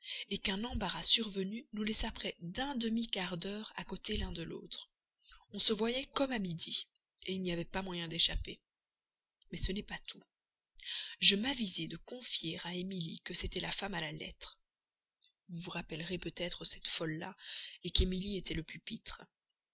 mienne qu'un embarras survenu nous laissa près d'un demi-quart d'heure à côté l'un de l'autre on se voyait comme à midi il n'y avait pas moyen d'échapper mais ce n'est pas tout je m'avisai de confier à emilie que c'était la femme à la lettre vous vous rappelez peut-être cette folie là qu'emilie était le pupitre